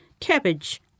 Cabbage